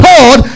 God